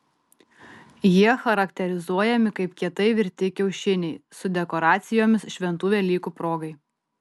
jie charakterizuojami kaip kietai virti kiaušiniai su dekoracijomis šventų velykų progai